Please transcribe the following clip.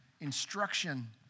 instruction